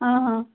ହଁ ହଁ